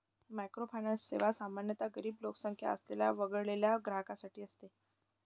microfinance सेवा सामान्यतः गरीब लोकसंख्या असलेल्या वगळलेल्या ग्राहकांसाठी असते